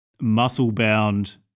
muscle-bound